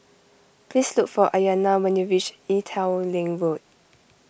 please look for Aiyana when you reach Ee Teow Leng Road